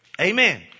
Amen